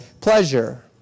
pleasure